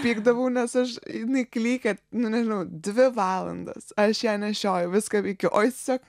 pykdavau nes aš jinai klykia nu nežinau dvi valandas aš ją nešioju viską veikiu o jis tiesiog